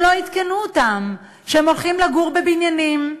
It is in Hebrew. הם לא עדכנו אותם שהם הולכים לגור בבניינים,